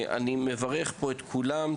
אני מברך פה את כולם.